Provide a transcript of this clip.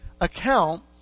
account